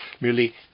merely